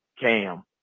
Cam